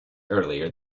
earlier